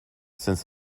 since